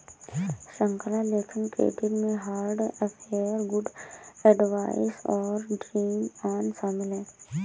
श्रृंखला लेखन क्रेडिट में हार्ट अफेयर, गुड एडवाइस और ड्रीम ऑन शामिल हैं